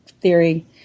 theory